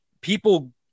people